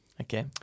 Okay